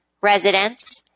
residents